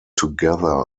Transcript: together